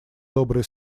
добрые